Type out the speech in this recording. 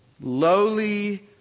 lowly